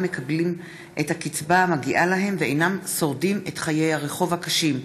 מקבלים את הקצבה המגיעה להם ואינם שורדים את חיי הרחוב הקשים,